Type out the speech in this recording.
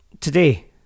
today